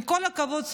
עם כל הכבוד,